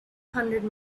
hundred